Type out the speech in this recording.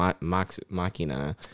Machina